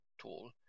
tool